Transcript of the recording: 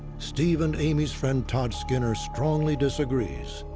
steve and amy's friend, todd skinner, strongly disagrees.